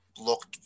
looked